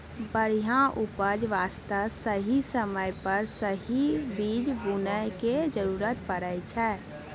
बढ़िया उपज वास्तॅ सही समय पर सही बीज बूनै के जरूरत पड़ै छै